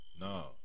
No